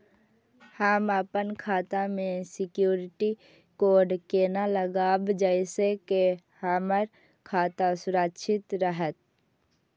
हम अपन खाता में सिक्युरिटी कोड केना लगाव जैसे के हमर खाता सुरक्षित रहैत?